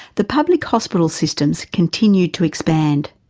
the public hospital systems continued to expand.